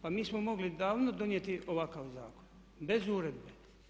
Pa mi smo mogli davno donijeti ovakav zakon, bez uredbe.